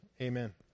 amen